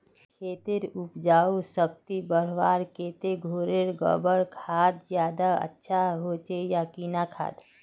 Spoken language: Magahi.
खेतेर उपजाऊ शक्ति बढ़वार केते घोरेर गबर खाद ज्यादा अच्छा होचे या किना खाद?